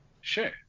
Sure